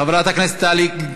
חברת הכנסת טלי, תוקן,